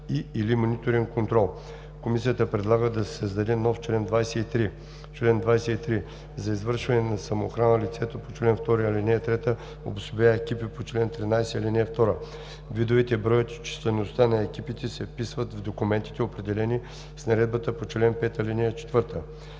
Комисията предлага да се създаде нов чл. 23: „Чл. 23. За извършване на самоохрана лицето по чл. 2, ал. 3 обособява екипи по чл. 13, ал. 2. Видовете, броят и числеността на екипите се вписват в документите, определени с наредбата по чл. 5, ал. 4.“